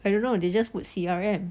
I don't know they just put C_R_M